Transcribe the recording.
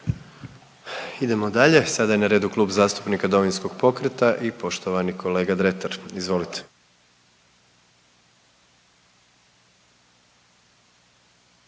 Idemo dalje, sada je na redu Klub zastupnika Domovinskog pokreta i poštovani kolega Dretar, izvolite.